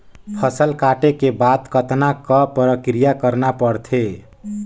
फसल काटे के बाद कतना क प्रक्रिया करना पड़थे?